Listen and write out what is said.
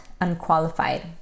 unqualified